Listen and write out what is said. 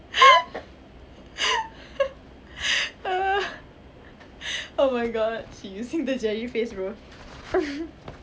oh my god she's using the jerry face bro